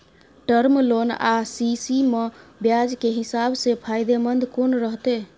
Term loan आ CC म ब्याज के हिसाब से फायदेमंद कोन रहते?